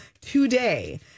today